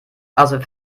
also